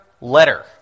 letter